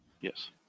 Yes